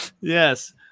Yes